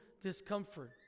discomfort